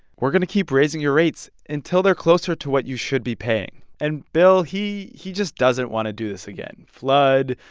we're going to keep raising your rates until they're closer to what you should be paying. and bill he he just doesn't want to do this again flood,